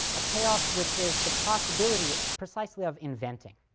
a payoff which is the possibility precisely of inventing,